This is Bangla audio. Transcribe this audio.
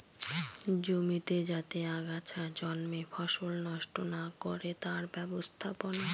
জমিতে যাতে আগাছা জন্মে ফসল নষ্ট না করে তার ব্যবস্থাপনা